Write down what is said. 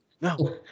no